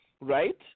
Right